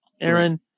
Aaron